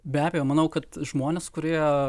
be abejo manau kad žmonės kurie